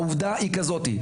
העובדה היא כזאת,